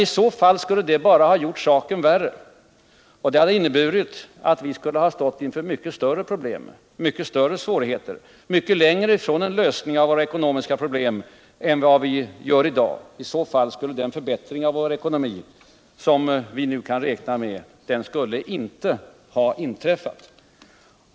I så fall skulle det bara ha gjort saken värre. Det hade inneburit att vi skulle ha stått inför mycket större problem, mycket större svårigheter och att vi skulle ha stått mycket längre ifrån en lösning av våra ekonomiska problem än vad vi gör i dag. I så fall skulle den förbättring av vår ekonomi som vi nu kan räkna med inte ha inträffat.